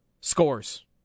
Scores